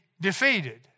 defeated